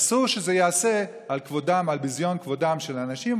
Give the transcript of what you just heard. אסור שזה יעשה על ביזיון כבודם של האנשים,